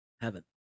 heaven